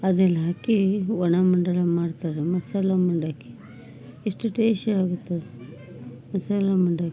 ಅದೆಲ್ಲ ಹಾಕಿ ಒಣ ಮಂಡಾಳು ಮಾಡ್ತಾರೆ ಮಸಾಲ ಮಂಡಕ್ಕಿ ಎಷ್ಟು ಟೇಸ್ಟಿ ಆಗ್ತದೆ ಮಸಾಲ ಮಂಡಕ್ಕಿ